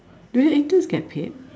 do your interns get paid